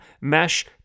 mesh